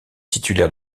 titulaire